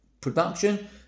production